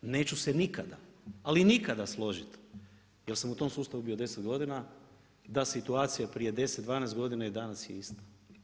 Neću se nikada, ali nikada složiti jer sam u tom sustavu bio 10 godina, ta situacija prije 10, 12 godina i danas je ista.